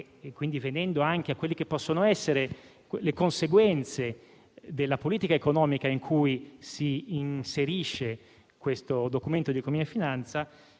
e, quindi, venendo anche a quelle che possono essere le conseguenze della politica economica in cui si inserisce questo Documento di economia e finanza,